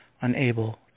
unable